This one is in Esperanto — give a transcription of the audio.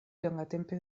longatempe